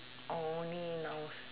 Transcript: only nouns